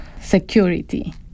security